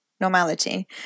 normality